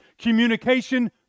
communication